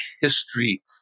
history